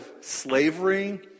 slavery